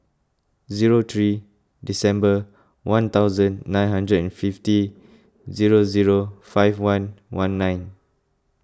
zero three December one thousand nine hundred and fifty zero zero five one one nine